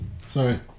Sorry